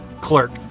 clerk